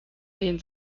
den